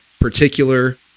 particular